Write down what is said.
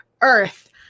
Earth